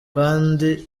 kandi